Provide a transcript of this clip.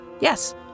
Yes